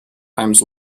times